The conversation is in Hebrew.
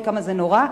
אוי כמה זה נורא,